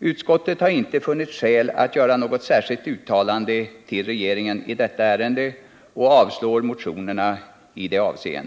Utskottet har inte funnit skäl att göra något särskilt uttalande till regeringen i detta ärende och avstyrker motionsyrkandena på detta område.